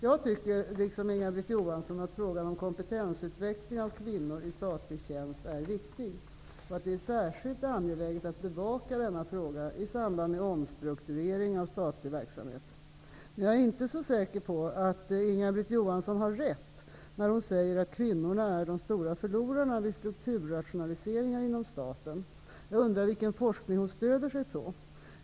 Jag tycker liksom Inga-Britt Johansson att frågan om kompetensutveckling av kvinnor i statlig tjänst är viktig och att det är särskilt angeläget att bevaka denna fråga i samband med omstrukturering av statlig verksamhet. Men jag är inte så säker på att Inga-Britt Johansson har rätt när hon säger att kvinnorna är de stora förlorarna vid strukturrationaliseringar inom staten. Jag undrar vilken forskning hon stöder sig på.